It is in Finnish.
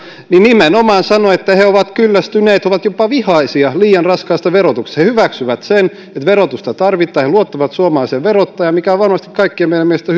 nimenomaan sanoi että he he ovat kyllästyneet ja he ovat jopa vihaisia liian raskaasta verotuksesta he hyväksyvät sen että verotusta tarvitaan ja he luottavat suomalaiseen verottajaan mikä on varmasti kaikkien meidän mielestä